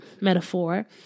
metaphor